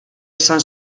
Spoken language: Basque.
izan